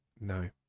No